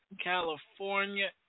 California